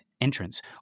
entrance